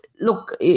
Look